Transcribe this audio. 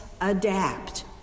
adapt